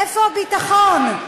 איפה הביטחון?